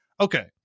okay